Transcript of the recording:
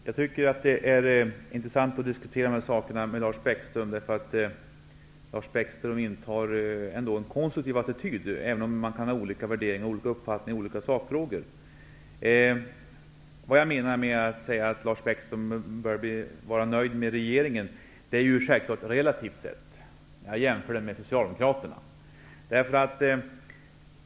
Fru talman! Det är intressant att diskutera dessa saker med Lars Bäckström, som ändå intar en konstruktiv attityd. Men för den skull kan vi ha olika värderingar och uppfattningar i skilda sakfrågor. Jag sade att Lars Bäckström bör vara nöjd med regeringen. Jag menar då självfallet relativt sett och jämför med Socialdemokraterna.